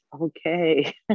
Okay